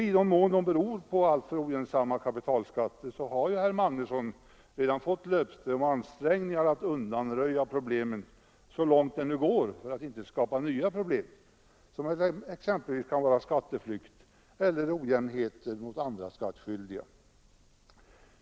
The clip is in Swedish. I den mån de beror på alltför ogynnsamma kapitalskatter har herr Magnusson redan fått löfte om att ansträngningar skall göras för att undanröja problemen så långt det nu går för att inte skapa nya, som exempelvis kan vara skatteflykt eller ojämnheter i förhållande till andra skattskyldiga.